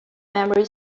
memory